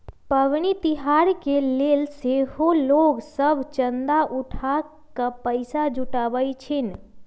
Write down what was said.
पबनि तिहार के लेल सेहो लोग सभ चंदा उठा कऽ पैसा जुटाबइ छिन्ह